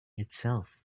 itself